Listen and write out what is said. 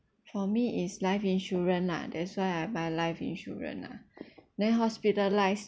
for me it's life insurance lah that's why I buy life insurance ah then hospitalised